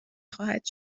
خواهد